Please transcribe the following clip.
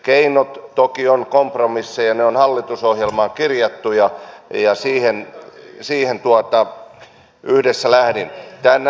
keinot toki ovat kompromisseja ja ne ovat hallitusohjelmaan kirjattuja ja siihen yhdessä lähdimme